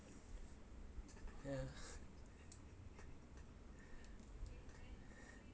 ya